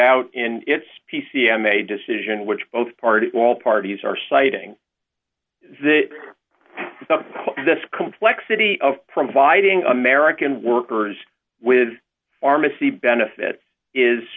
out in its p c m a decision which both parties all parties are citing that this complexity of providing american workers with pharmacy benefits is